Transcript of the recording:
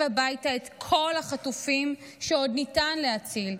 הביתה את כל החטופים שעוד ניתן להציל,